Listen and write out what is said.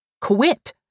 Quit